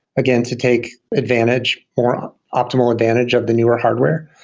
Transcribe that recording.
again to take advantage for ah optimal advantage of the newer hardware.